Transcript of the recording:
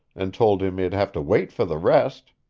and told him he'd have to wait for the rest.